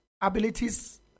abilities